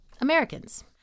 Americans